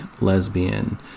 lesbian